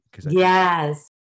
Yes